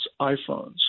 iPhones